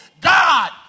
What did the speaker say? God